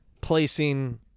placing